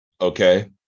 Okay